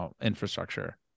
infrastructure